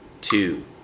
two